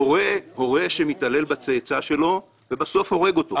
הורה שמתעלל בצאצא שלו ובסוף הורג אותו.